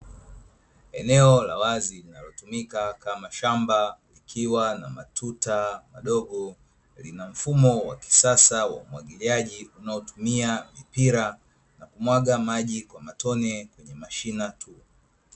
Eneo la wazi linalotumika kama shamba likiwa na matuta madogo, lina mfumo wa kisasa wa umwagiliaji unaotumia mipira na kumwaga maji kwa matone kwenye mashina.